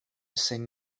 saint